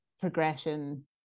progression